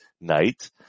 night